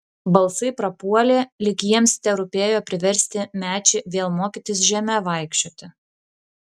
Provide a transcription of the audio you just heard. balsai prapuolė lyg jiems terūpėjo priversti mečį vėl mokytis žeme vaikščioti